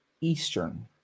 Eastern